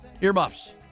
earmuffs